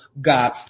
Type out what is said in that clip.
God